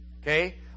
okay